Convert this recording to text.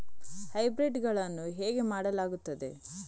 Hybrid ಗಳನ್ನು ಹೇಗೆ ಮಾಡಲಾಗುತ್ತದೆ?